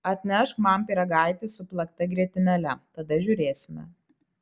atnešk man pyragaitį su plakta grietinėle tada žiūrėsime